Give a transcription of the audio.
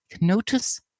notice